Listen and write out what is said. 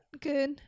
Good